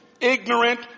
ignorant